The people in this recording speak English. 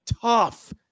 tough